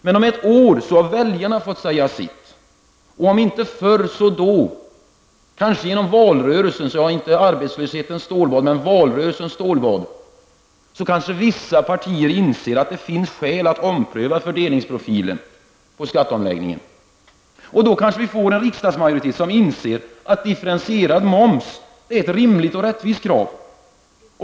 Men om ett år så har väljarna fått säga sitt. Om inte förr så kanske genom valrörelsens stålbad, kanske vissa partier inser att det finns skäl att ompröva fördelningsprofilen på skatteomläggningen. Då kanske vi får en riksdagsmajoritet som inser att differentierad moms är ett rimligt och rättvist krav.